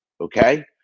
Okay